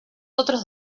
otros